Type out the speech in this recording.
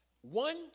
One